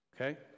Okay